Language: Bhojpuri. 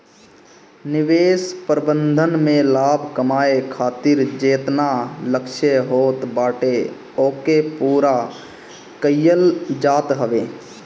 निवेश प्रबंधन में लाभ कमाए खातिर जेतना लक्ष्य होत बाटे ओके पूरा कईल जात हवे